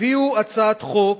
הביאו הצעת חוק